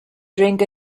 drink